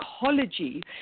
psychology